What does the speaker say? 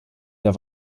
der